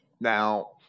now